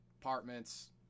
apartments